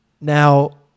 now